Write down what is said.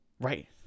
Right